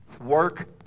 work